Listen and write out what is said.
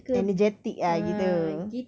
energetic ah gitu